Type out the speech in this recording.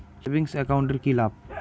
Savings account এর কি লাভ?